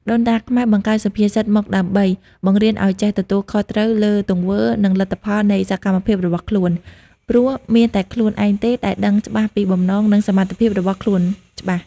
ដូនតាខ្មែរបង្កើតសុភាសិតមកដើម្បី បង្រៀនឲ្យចេះ ទទួលខុសត្រូវ លើទង្វើ និងលទ្ធផលនៃសកម្មភាពរបស់ខ្លួន ព្រោះមានតែខ្លួនឯងទេដែលដឹងច្បាស់ពីបំណង និងសមត្ថភាពរបស់ខ្លួនច្បាស់។